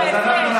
את ההפרש.